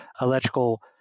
electrical